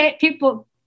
people